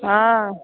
ओ